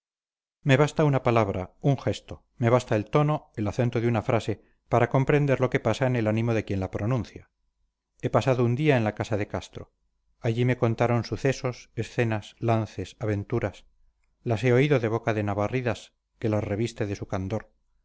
me basta una palabra un gesto me basta el tono el acento de una frase para comprender lo que pasa en el ánimo de quien la pronuncia he pasado un día en la casa de castro allí me contaron sucesos escenas lances aventuras las he oído de boca de navarridas que las reviste de su candor